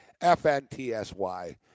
FNTSY